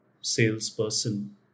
salesperson